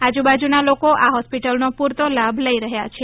આજુબાજુનાં લોકો આ હોસ્પીટલનો પૂરતો લાભ લઈ રહ્યા છે